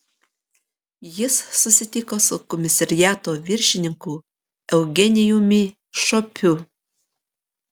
jis susitiko su komisariato viršininku eugenijumi šopiu